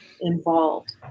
involved